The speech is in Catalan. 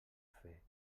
fer